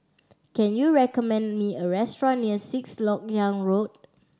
can you recommend me a restaurant near Sixth Lok Yang Road